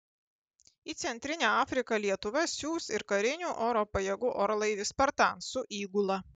į centrinę afriką lietuva siųs ir karinių oro pajėgų orlaivį spartan su įgula